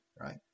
right